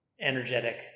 energetic